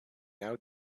out